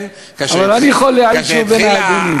אני יכול להעיד שהוא בין ההגונים.